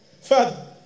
father